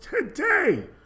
today